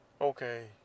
Okay